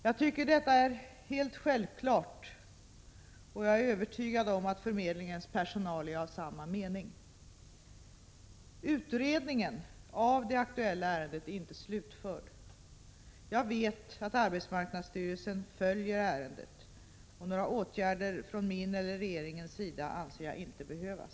Jag tycker att detta är helt självklart, och jag är övertygad om att förmedlingens personal är av samma mening. Utredningen av det aktuella ärendet är inte slutförd. Jag vet att arbetsmarknadsstyrelsen följer ärendet. Några åtgärder från min eller regeringens sida anser jag inte behövas.